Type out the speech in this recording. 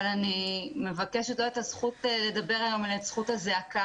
אני מבקשת לא את הזכות לדבר היום אלא את זכות הזעקה.